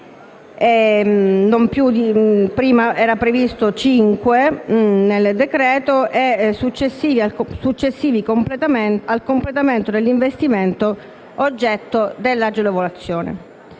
previsto nel decreto-legge - successivi al completamento dell'investimento oggetto dell'agevolazione.